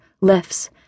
lifts